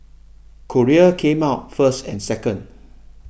Korea came out first and second